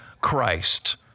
Christ